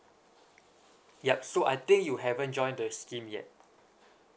yup so I think you haven't join the scheme yet